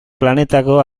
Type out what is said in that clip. planetako